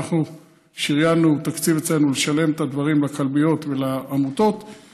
שריינו תקציב אצלנו לשלם את הדברים לכלביות ולעמותות,